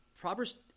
Proverbs